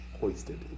hoisted